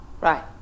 Right